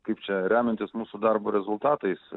kaip čia remiantis mūsų darbo rezultatais